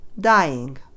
dying